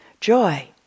joy